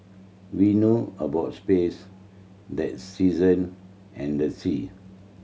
we know about space than season and the sea